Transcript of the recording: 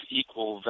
equal